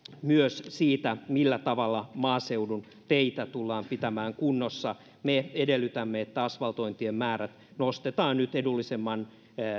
myös siitä millä tavalla maaseudun teitä tullaan pitämään kunnossa me edellytämme että asvaltointien määrät nostetaan nyt edullisemman